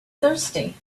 thirsty